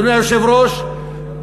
אדוני היושב-ראש,